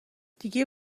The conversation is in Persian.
دیگه